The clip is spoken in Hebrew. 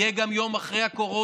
יהיה גם היום שאחרי הקורונה,